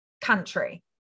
country